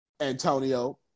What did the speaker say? antonio